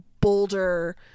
bolder